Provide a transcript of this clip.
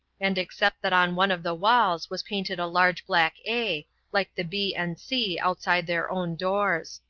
and except that on one of the walls was painted a large black a like the b and c outside their own doors.